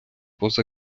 поза